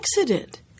accident